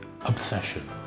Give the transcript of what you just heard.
obsession